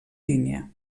línia